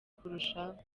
kurushaho